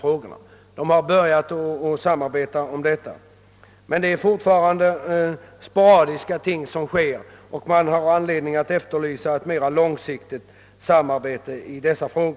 Fortfarande bedrivs dock arbetet härmed sporadiskt, och man har anledning efterlysa ett mera långsiktigt arbete.